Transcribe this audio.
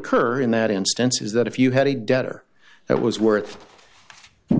occur in that instance is that if you had a debtor that was worth